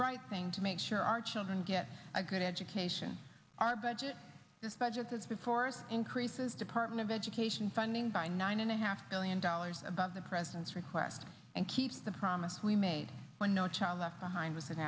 right thing to make sure our children get a good education our budget this budget that's before us increases department of education funding by nine and a half billion dollars above the president's request and keep the promise we made when no child left behind was an